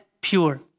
pure